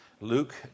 Luke